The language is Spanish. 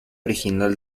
original